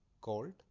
called